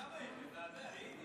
אני גם הייתי.